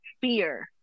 fear